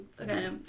Okay